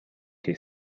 que